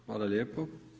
Hvala lijepo.